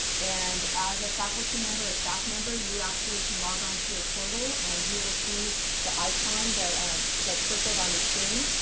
and as a faculty member or staff member, you actually can log on to your portal, and you will see the icon um that's circled on the screen,